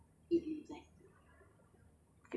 but cat cat tak boleh bawa masuk dalam